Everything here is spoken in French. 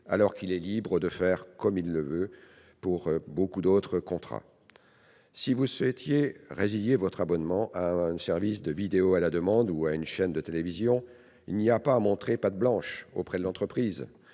alors qu'il est libre de faire ce qu'il veut pour de nombreux autres contrats. Si vous souhaitez résilier votre abonnement à un service de vidéo à la demande ou à une chaîne de télévision, il n'y a pas à montrer patte blanche auprès de l'entreprise